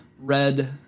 red